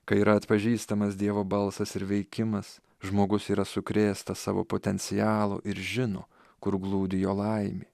kai yra atpažįstamas dievo balsas ir veikimas žmogus yra sukrėstas savo potencialo ir žino kur glūdi jo laimė